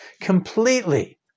completely